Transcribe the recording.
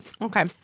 Okay